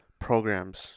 programs